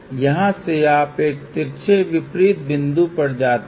यहाँ से आप एक तिरछे विपरीत बिंदु पर जाते हैं